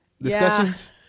Discussions